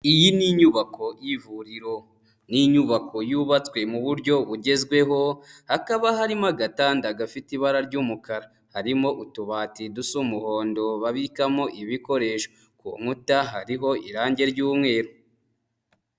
Iyi ni inyubako y'ivuriro. Ni inyubako yubatswe mu buryo bugezweho, hakaba harimo agatanda gafite ibara ry'umukara, harimo utubati dusa umuhondo babikamo ibikoresho. Ku nkuta hariho irange ry'umweru.